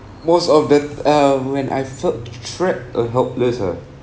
most of the um when I felt trapped or helpless ah